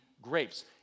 Grapes